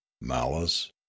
malice